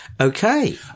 Okay